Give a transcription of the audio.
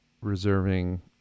reserving